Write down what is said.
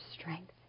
strength